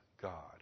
God